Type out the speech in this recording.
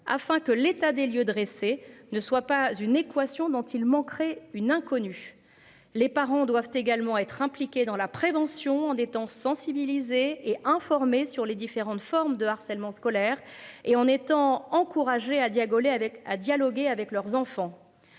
afin que l'état des lieux dressé ne soit pas une équation dont il manquerait une inconnue. Les parents doivent également être impliqués dans la prévention en des temps sensibiliser et informer sur les différentes formes de harcèlement scolaire et en étant encouragés à Dia gauler avec à dialoguer avec leurs enfants.